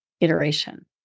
iteration